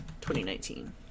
2019